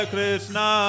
Krishna